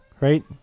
right